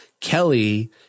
Kelly